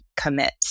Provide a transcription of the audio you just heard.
commit